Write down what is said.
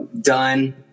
done